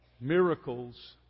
Miracles